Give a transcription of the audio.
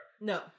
No